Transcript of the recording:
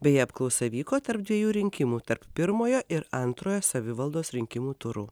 beje apklausa vyko tarp dviejų rinkimų tarp pirmojo ir antrojo savivaldos rinkimų turų